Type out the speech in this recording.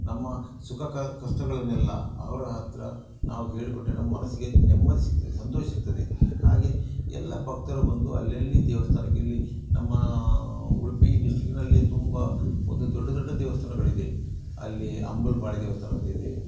ನಮ್ಮ ಸುಖ ಕಷ್ಟಗಳನ್ನೆಲ್ಲ ಅವರ ಹತ್ತಿರ ನಾವು ಹೇಳಿಕೊಂಡರೆ ನಮ್ಮ ಮನಸ್ಸಿಗೆ ನೆಮ್ಮದಿ ಸಿಗ್ತದೆ ಸಂತೋಷ ಸಿಗ್ತದೆ ಹಾಗೆ ಎಲ್ಲ ಭಕ್ತರು ಬಂದು ಅಲ್ಲಲ್ಲಿ ದೇವಸ್ಥಾನಕ್ಕೆ ಇಲ್ಲಿ ನಮ್ಮ ಉಡುಪಿ ಡಿಸ್ಟಿಕ್ನಲ್ಲಿ ತುಂಬ ಒಂದು ದೊಡ್ದ ದೊಡ್ಡ ದೇವಸ್ಥಾನಗಳಿದೆ ಅಲ್ಲಿ ಅಂಬಲಪಾಡಿ ದೇವಸ್ಥಾನ ಅಂತ ಇದೆ